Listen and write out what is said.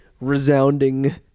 resounding